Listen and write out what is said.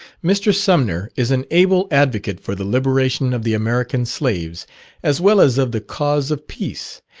mr. sumner is an able advocate for the liberation of the american slaves as well as of the cause of peace,